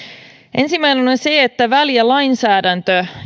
ensimmäinen on on se että väljä lainsäädäntö